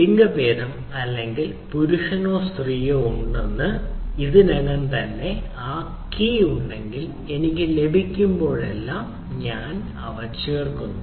ലിംഗഭേദം അല്ലെങ്കിൽ പുരുഷനോ സ്ത്രീയോ ഉണ്ടെന്ന് ഇതിനകം തന്നെ കീ ഉണ്ടെങ്കിൽ എനിക്ക് ലഭിക്കുമ്പോഴെല്ലാം ഞാൻ അവ ചേർക്കുന്നു